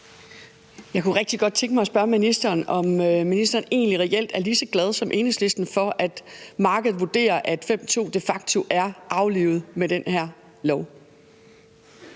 Jeg kunne rigtig godt tænke mig at spørge ministeren, om ministeren egentlig reelt er ligeså glad som Enhedslisten for, at markedet vurderer, at § 5, stk. 2, de facto er aflivet med den her lov.